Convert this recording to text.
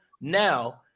now